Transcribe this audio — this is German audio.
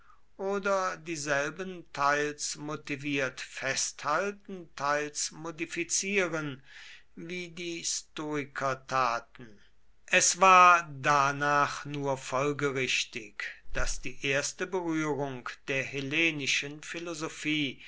oder dieselben teils motiviert festhalten teils modifizieren wie die stoiker taten es war danach nur folgerichtig daß die erste berührung der hellenischen philosophie